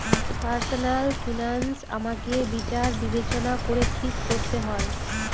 personal finance আমাকে বিচার বিবেচনা করে ঠিক করতে হয়